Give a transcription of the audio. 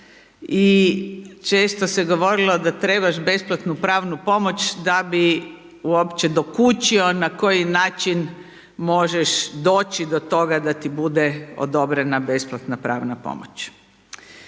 i često se govorili da trebaš besplatnu pravnu pomoć da bi uopće dokučio na koji način možeš doći do toga da ti bude odobrena besplatna pravna pomoć.